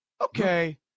okay